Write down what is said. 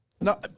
No